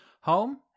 home